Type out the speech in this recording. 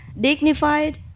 dignified